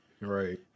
Right